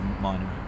minor